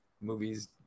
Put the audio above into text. movies